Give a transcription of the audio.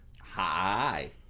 Hi